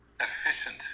efficient